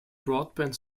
broadband